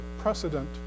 precedent